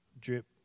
Drip